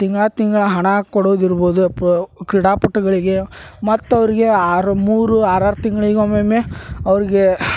ತಿಂಗ್ಳ ತಿಂಗ್ಳ ಹಣ ಕೊಡೋದು ಇರ್ಬೋದು ಪ ಕ್ರೀಡಾಪಟುಗಳಿಗೆ ಮತ್ತು ಅವ್ರ್ಗೆ ಆರು ಮೂರು ಆರು ತಿಂಗ್ಳಿಗೆ ಒಮ್ಮೊಮ್ಮೆ ಅವ್ರಿಗೆ